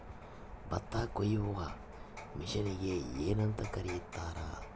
ಭತ್ತ ಕೊಯ್ಯುವ ಮಿಷನ್ನಿಗೆ ಏನಂತ ಕರೆಯುತ್ತಾರೆ?